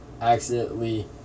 accidentally